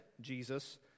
Jesus